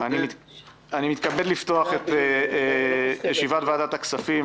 אני מתכבד לפתוח את ישיבת ועדת הכספים.